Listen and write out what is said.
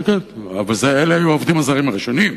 כן, כן, אלה היו העובדים הזרים הראשונים.